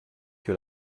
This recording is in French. que